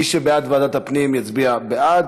מי שבעד ועדת הפנים יצביע בעד,